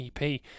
EP